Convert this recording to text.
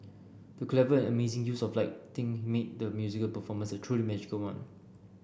the clever and amazing use of lighting made the musical performance a truly magical one